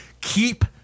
Keep